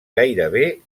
gairebé